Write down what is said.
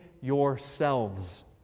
yourselves